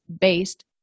based